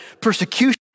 persecution